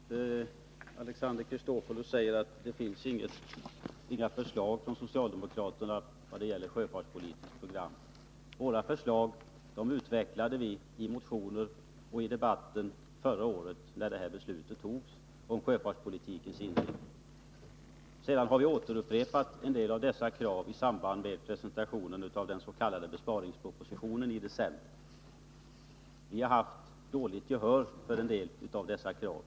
Fru talman! Alexander Chrisopoulos säger att socialdemokraterna inte har något förslag till sjöfartspolitiskt program. Våra förslag utvecklade vi i motioner och i den debatt som fördes förra året när beslutet om sjöfartspolitikens inriktning fattades. En del av dessa krav har vi upprepat i samband med presentationen av den s.k. besparingspropositionen i december 1980. Tyvärr har vi fått dåligt gehör för en del av dessa krav.